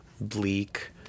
bleak